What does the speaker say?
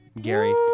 Gary